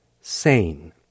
sane